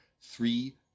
three